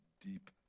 deep